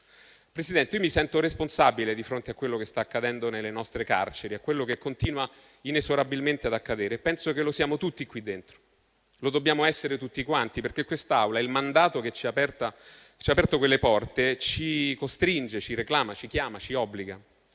Presidente, io mi sento responsabile di fronte a quello che sta accadendo nelle nostre carceri, a quello che continua inesorabilmente ad accadere, e penso che lo siamo tutti qui dentro. Lo dobbiamo essere tutti quanti, perché quest'Aula e il mandato che ci ha aperto quelle porte ci costringono, ci reclamano, ci chiamano, ci obbligano.